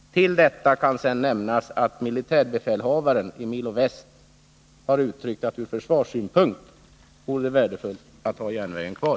Till detta kan också läggas att militärbefälhavaren i Milo Väst har uttalat att det ur försvarssynpunkt vore värdefullt att ha järnvägen kvar.